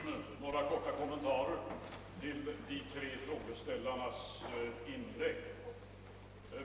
Herr talman! Några korta kommentarer till de tre frågeställarnas inlägg.